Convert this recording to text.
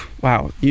wow